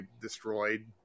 destroyed